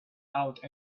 out